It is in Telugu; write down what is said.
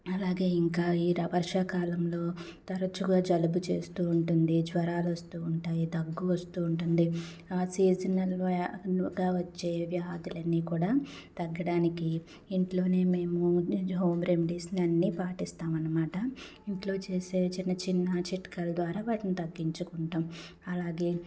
అలాగే ఇంకా ఈ వర్షాకాలంలో తరచుగా జలుబు చేస్తూ ఉంటుంది జ్వరాలు వస్తూ ఉంటాయి దగ్గు వస్తూ ఉంటుంది ఆ సీజన్గా వచ్చే వ్యాధులు అన్నీ కూడా తగ్గడానికి ఇంట్లోనే మేము హోమ్ రెమెడీస్ అన్ని పాటిస్తామనమాట ఇంట్లో చేసే చిన్న చిన్న చిట్కాలు ద్వారా వాటిని తగ్గించుకుంటాం అలాగే